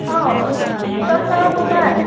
ꯍꯥꯎ ꯆꯥꯛ ꯆꯥꯔꯕꯣ ꯚꯥꯏ